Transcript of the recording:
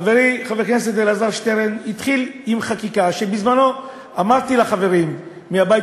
חברי חבר הכנסת אלעזר שטרן התחיל עם חקיקה שבזמני אמרתי לחברים מהבית